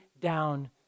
down